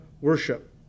worship